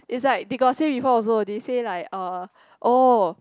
is like they got say before also they say like uh oh